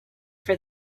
for